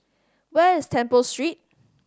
where is Temple Street